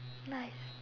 nice